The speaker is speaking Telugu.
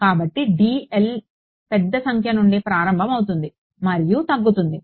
కాబట్టి dl పెద్ద సంఖ్య నుండి ప్రారంభమవుతుంది మరియు తగ్గుతోంది